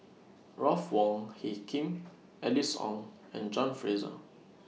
Ruth Wong Hie King Alice Ong and John Fraser